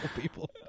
people